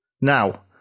Now